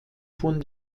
von